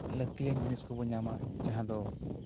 ᱞᱟᱹᱠᱛᱤᱭᱟᱱ ᱡᱤᱱᱤᱥ ᱠᱚᱵᱚ ᱧᱟᱢᱟ ᱡᱟᱦᱟᱸ ᱫᱚ ᱟᱵᱚ